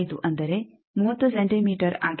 75 ಅಂದರೆ 30 ಸೆಂಟಿಮೀಟರ್ ಆಗಿದೆ